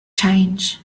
change